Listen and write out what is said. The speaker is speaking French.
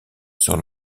sur